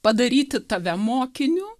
padaryti tave mokiniu